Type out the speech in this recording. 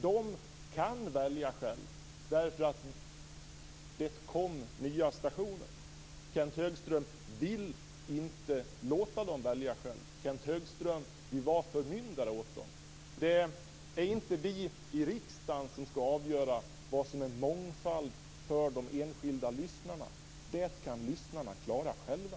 De kan välja själva, eftersom det kom nya stationer. Kenth Högström vill inte låta dem välja själva. Kenth Högström vill vara förmyndare åt dem. Det är inte vi i riksdagen som ska avgöra vad som är mångfald för de enskilda lyssnarna. Det klarar de själva.